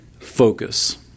focus